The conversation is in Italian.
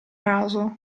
raso